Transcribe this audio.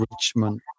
Richmond